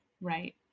Right